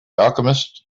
alchemist